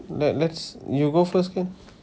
let's let's you go first can